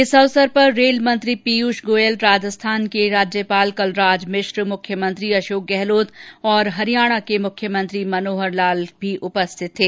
इस अवसर पर रेलमंत्री पीयूष गोयल राजस्थान के राज्यपाल कलराज मिश्र मुख्यमंत्री अशोक गहलोत और हरियाणा के मुख्यमंत्री मनोहर लाल भी उपस्थित थे